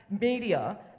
media